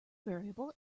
variable